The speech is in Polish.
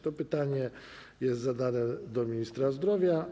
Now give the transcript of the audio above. To pytanie jest zadane ministrowi zdrowia.